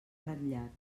ratllat